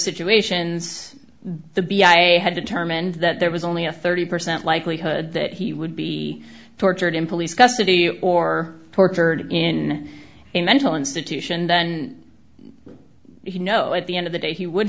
situations the b i had determined that there was only a thirty percent likelihood that he would be tortured in police custody or tortured in a mental institution then you know at the end of the day he would